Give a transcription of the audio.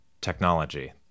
technology